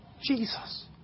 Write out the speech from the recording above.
Jesus